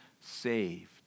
saved